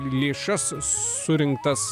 lėšas surinktas